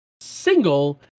single